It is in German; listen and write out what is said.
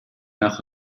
nach